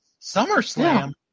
SummerSlam